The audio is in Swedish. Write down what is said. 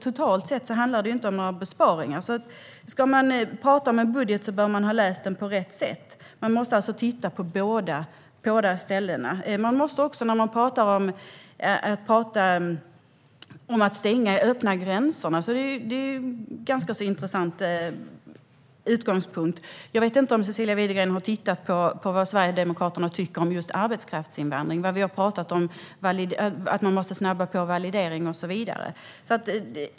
Totalt sett handlar det inte om några besparingar. Ska man tala om en budget bör man ha läst den på rätt sätt. Man måste alltså titta på båda ställena. Man talar om att öppna gränserna. Det är en ganska intressant utgångspunkt. Jag vet inte om Cecilia Widegren har tittat på vad Sverigedemokraterna tycker om just arbetskraftsinvandring. Vi har talat om att man måste snabba på validering och så vidare.